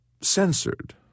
censored